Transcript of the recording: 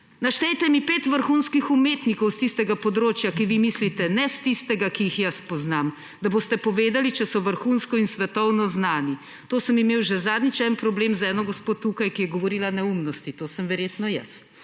Naštejte mi pet vrhunskih umetnikov s tistega področja, ki jih vi mislite; ne s tistega, ki jih jaz poznam, da boste povedali, če so vrhunsko in svetovno znani. To sem imel že zadnjič en problem z eno gospo tukaj, ki je govorila neumnosti, to sem verjetno jaz,